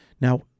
Now